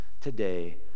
today